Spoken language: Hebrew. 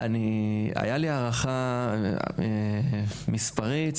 הייתה לי הערכה מספרית,